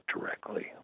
directly